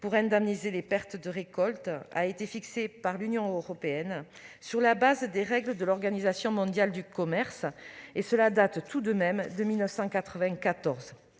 pour indemniser les pertes de récolte a été fixé par l'Union européenne sur la base des règles de l'Organisation mondiale du commerce (OMC), mais tout cela date de 1994.